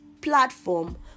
platform